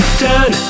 turn